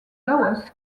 laos